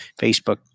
Facebook